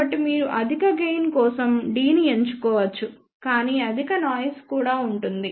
కాబట్టి మీరు అధిక గెయిన్ కోసం D ని ఎంచుకోవచ్చు కాని అధిక నాయిస్ కూడా ఉంటుంది